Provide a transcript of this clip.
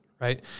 right